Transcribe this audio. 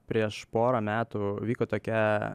prieš porą metų vyko tokia